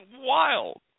wild